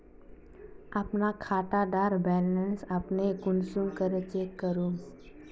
अपना खाता डार बैलेंस अपने कुंसम करे चेक करूम?